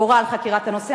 הורה על חקירת הנושא.